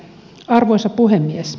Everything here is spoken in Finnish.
arvoisa puhemies